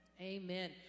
Amen